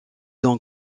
donc